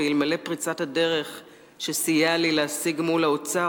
ואלמלא פריצת הדרך שהוא סייע לי להשיג מול האוצר,